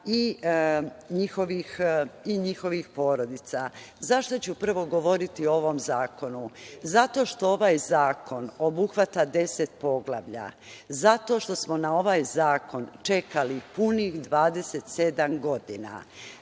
i njihovih porodica.Zašto ću prvo govoriti o ovom zakonu? Zato što ovaj zakon obuhvata deset poglavlja, zato što smo na ovaj zakon čekali punih 27 godina,